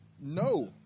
No